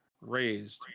raised